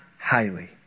highly